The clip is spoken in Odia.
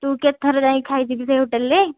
ତୁ କେତେ ଥର ଯାଇକି ଖାଇଛୁ କି ସେ ହୋଟେଲ୍ରେ